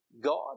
God